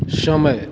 समय